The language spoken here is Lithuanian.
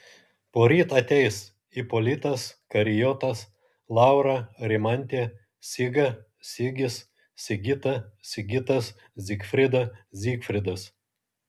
poryt ateis ipolitas karijotas laura rimantė siga sigis sigita sigitas zigfrida zygfridas